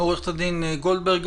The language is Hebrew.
עו"ד גולדברג,